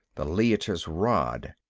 the leiter's rod